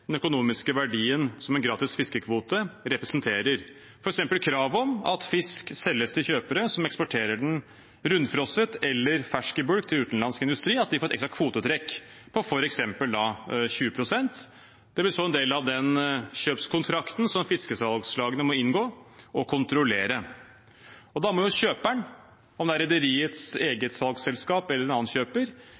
den økonomiske verdien som en gratis fiskekvote representerer, f.eks. krav om at de som selger fisk til kjøpere som eksporterer den rundfrosset eller fersk i bulk til utenlandsk industri, får et ekstra kvotetrekk på f.eks. 20 pst. Det blir så en del av den kjøpskontrakten som fiskesalgslagene må inngå og kontrollere. Da må kjøperen, om det er rederiets eget salgsselskap eller en annen kjøper,